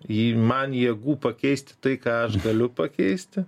į man jėgų pakeisti tai ką aš galiu pakeisti